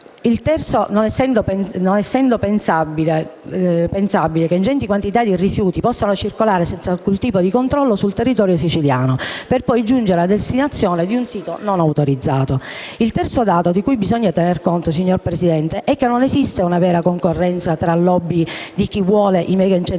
preposti, non essendo pensabile che ingenti quantitativi di rifiuti possano circolare senza alcun tipo di controllo sul territorio siciliano, per poi giungere a destinazione in un sito non autorizzato. Il terzo dato di cui bisogna tener conto, signor Presidente, è che non esiste una vera concorrenza tra la *lobby* di chi vuole i megainceneritori